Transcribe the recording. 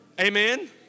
amen